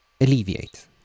alleviate